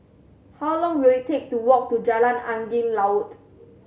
how long will it take to walk to Jalan Angin Laut